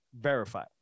verify